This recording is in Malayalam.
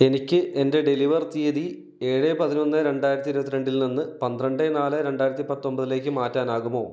എനിക്ക് എന്റെ ഡെലിവർ തീയതി ഏഴ് പതിനൊന്ന് രണ്ടായിരത്തി ഇരുപത്തിരണ്ടിൽ നിന്ന് പന്ത്രണ്ട് നാല് രണ്ടായിരത്തി പത്തൊമ്പതിലേക്ക് മാറ്റാനാകുമോ